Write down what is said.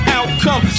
outcome